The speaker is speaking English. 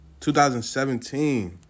2017